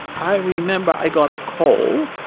i remember i got a call,